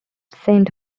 saint